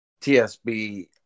TSB